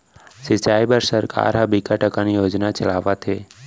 सिंचई बर सरकार ह बिकट अकन योजना चलावत हे